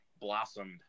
blossomed